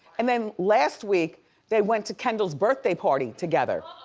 and then last week they went to kendall's birthday party together.